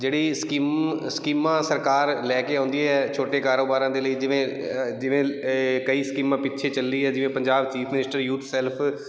ਜਿਹੜੀ ਸਕੀਮ ਸਕੀਮਾਂ ਸਰਕਾਰ ਲੈ ਕੇ ਆਉਂਦੀ ਹੈ ਛੋਟੇ ਕਾਰੋਬਾਰਾਂ ਦੇ ਲਈ ਜਿਵੇਂ ਜਿਵੇਂ ਕਈ ਸਕੀਮਾਂ ਪਿੱਛੇ ਚੱਲੀ ਹੈ ਜਿਵੇਂ Punjab chief minister youth self